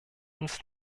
ins